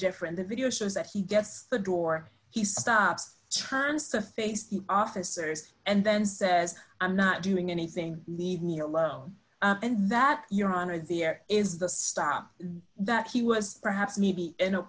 different the video shows that he gets the door he stops turns to face the officers and then says i'm not doing anything leave me alone and that your honor the air is the stop that he was perhaps maybe in a